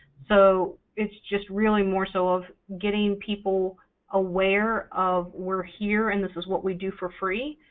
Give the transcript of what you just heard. so it's just really more so of getting people aware of we're here, and this is what we do for free,